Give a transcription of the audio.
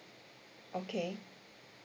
okay